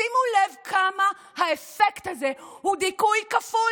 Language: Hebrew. שימו לב כמה האפקט הזה הוא דיכוי כפול.